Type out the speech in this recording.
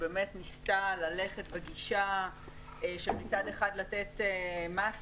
שבאמת ניסתה ללכת בגישה של מצד אחד לתת מס